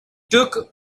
took